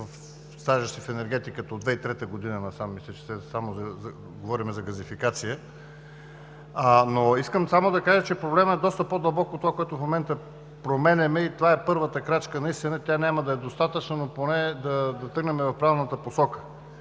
в стажа си в енергетиката от 2003 г. насам, говорим за газификация. Искам само да кажа, че проблемът е доста по-дълбок от това, което в момента променяме, и това е първата крачка наистина. Тя няма да е достатъчна, но поне да тръгнем в реалната посока,